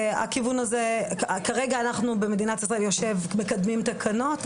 כרגע אנחנו במדינת ישראל מקדמים תקנות.